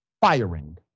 firing